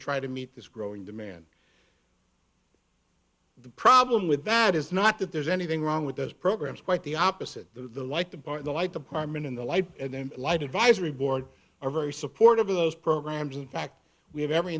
try to meet this growing demand the problem with that is not that there's anything wrong with those programs quite the opposite the like the part the like department in the light and light advisory board are very supportive of those programs in fact we have every